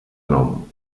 nom